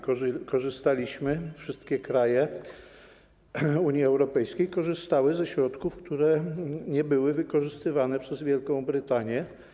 Korzystaliśmy, wszystkie kraje Unii Europejskiej korzystały ze środków, które nie były wykorzystywane przez Wielką Brytanię.